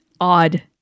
odd